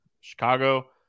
Chicago